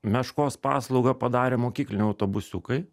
meškos paslaugą padarė mokykliniai autobusiukai